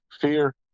fear